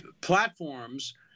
platforms